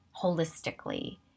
holistically